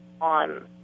on